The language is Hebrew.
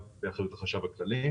באחריות כמובן של החשב הכללי.